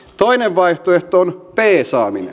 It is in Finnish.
toinen vaihtoehto on peesaaminen